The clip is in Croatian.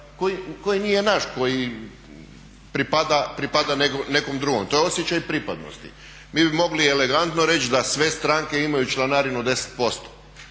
koji nije naš, koji pripada nekom drugom, to je osjećaj pripadnosti. Mi bi mogli elegantno reći da sve stranke imaju članarinu 10%.